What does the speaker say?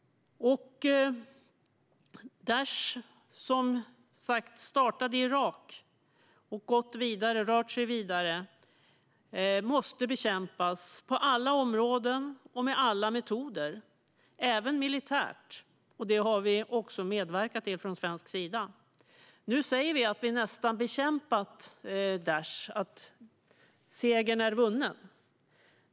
Daish, som alltså startade i Irak och har rört sig vidare, måste bekämpas på alla områden och med alla metoder - även militära. Det har vi också medverkat till från svensk sida. Nu säger vi att vi nästan bekämpat Daish, att segern är vunnen.